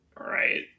Right